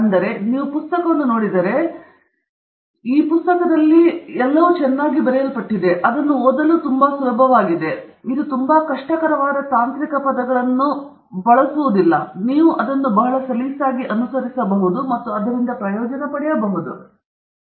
ಆದ್ದರಿಂದ ನೀವು ಪುಸ್ತಕವನ್ನು ನೋಡಿದರೆ ಅದು ಚೆನ್ನಾಗಿ ಬರೆಯಲ್ಪಟ್ಟ ಪುಸ್ತಕವಾಗಿದ್ದು ಅದನ್ನು ಓದಲು ತುಂಬಾ ಸುಲಭವಾಗಿದೆ ಇದು ತುಂಬಾ ಕಷ್ಟಕರವಾದ ತಾಂತ್ರಿಕ ಪದಗಳಲ್ಲಿ ಸಿಗುವುದಿಲ್ಲ ನೀವು ಅದನ್ನು ಬಹಳ ಸಲೀಸಾಗಿ ಅನುಸರಿಸಬಹುದು ಮತ್ತು ಅದರಿಂದ ಪ್ರಯೋಜನ ಪಡೆಯಬಹುದು ಮತ್ತು ಅದನ್ನು ಚೆನ್ನಾಗಿ ಅಲೆಯಲ್ಲಿ ಅಳವಡಿಸಿ